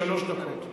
שלוש דקות.